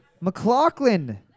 McLaughlin